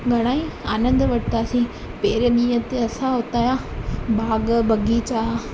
घणा ई आनंद वरितासीं पहिरियों ॾींहं ते असां उता जा बाघ बाग़ीचा